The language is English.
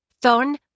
Thorn